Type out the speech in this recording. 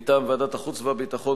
מטעם ועדת החוץ והביטחון,